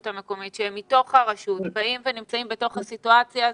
המקומית שהם מתוך הרשות באים ונמצאים בתוך הסיטואציה הזו,